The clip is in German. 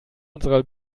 unserer